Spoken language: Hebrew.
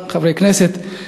חברי הכנסת,